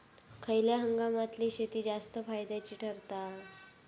खयल्या हंगामातली शेती जास्त फायद्याची ठरता?